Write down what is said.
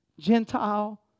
Gentile